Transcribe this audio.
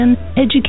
education